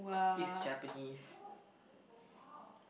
is Japanese